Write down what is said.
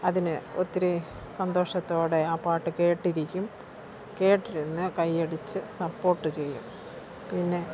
അതിന് ഒത്തിരി സന്തോഷത്തോടെ ആ പാട്ട് കേട്ടിരിക്കും കേട്ടിരുന്ന് കൈയടിച്ച് സപ്പോർട്ട് ചെയ്യും പിന്നെ